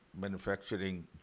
manufacturing